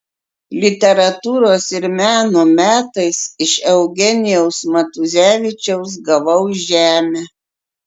literatūros ir meno metais iš eugenijaus matuzevičiaus gavau žemę